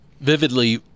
vividly